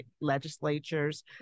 legislatures